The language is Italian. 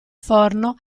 forno